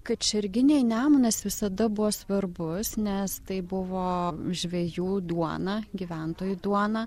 kačerginei nemunas visada buvo svarbus nes tai buvo žvejų duona gyventojų duona